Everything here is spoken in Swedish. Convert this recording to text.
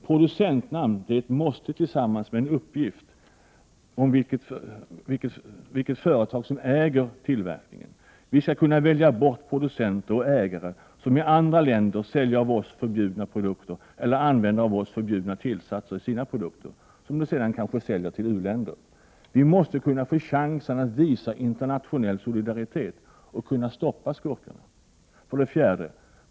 Producentnamn är ett måste, tillsammans med en uppgift om vilket företag som äger tillverkningen. Vi skall kunna välja bort producenter och ägare som i andra länder säljer av oss förbjudna produkter eller använder av oss förbjudna tillsatser i sina produkter, som de sedan kanske säljer till u-länder. Vi måste få chansen att kunna visa internationell solidaritet och stoppa skurkarna. 4.